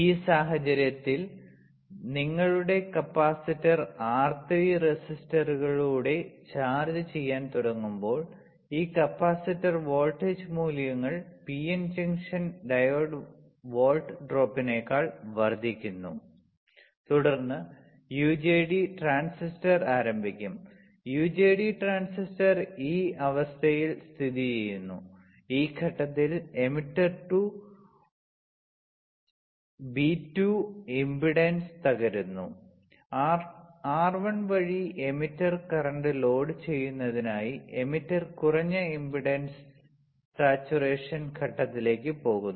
ഈ സാഹചര്യത്തിൽ നിങ്ങളുടെ കപ്പാസിറ്റർ R3 റെസിസ്റ്ററുകളിലൂടെ ചാർജ് ചെയ്യാൻ തുടങ്ങുമ്പോൾ ഈ കപ്പാസിറ്റർ വോൾട്ടേജ് മൂല്യങ്ങൾ പിഎൻ ജംഗ്ഷൻ ഡയോഡ് വോൾട്ട് ഡ്രോപ്പിനേക്കാൾ വർദ്ധിക്കുന്നു തുടർന്ന് യുജെടി ട്രാൻസിസ്റ്റർ ആരംഭിക്കും യുജെടി ട്രാൻസിസ്റ്റർ ഈ അവസ്ഥയിൽ സ്ഥിതിചെയ്യുന്നു ഈ ഘട്ടത്തിൽ എമിറ്റർ ടു B1 ഇംപെഡൻസ് തകരുന്നു R1 വഴി എമിറ്റർ കറന്റ് ലോഡുചെയ്യുന്നതിനായി എമിറ്റർ കുറഞ്ഞ ഇംപെഡൻസ് സാച്ചുറേഷൻ ഘട്ടത്തിലേക്ക് പോകുന്നു